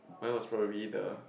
mine was probably the